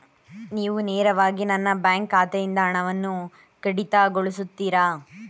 ನೀವು ನೇರವಾಗಿ ನನ್ನ ಬ್ಯಾಂಕ್ ಖಾತೆಯಿಂದ ಹಣವನ್ನು ಕಡಿತಗೊಳಿಸುತ್ತೀರಾ?